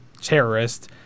terrorist